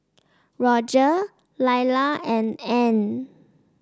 Rodger Lyla and Ann